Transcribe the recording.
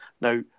Now